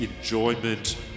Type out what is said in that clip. enjoyment